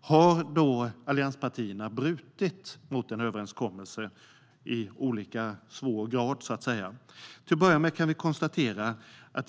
Har då allianspartierna i olika grader brutit mot en överenskommelse? Till att börja med kan vi konstatera något.